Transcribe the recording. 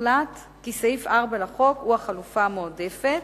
הוחלט כי סעיף 4 לחוק הוא החלופה המועדפת.